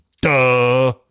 Duh